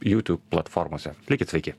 jutiūb platformose likit sveiki